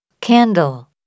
candle